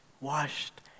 washed